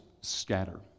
scatter